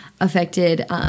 affected